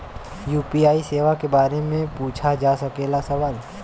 UPI सेवा के बारे में पूछ जा सकेला सवाल?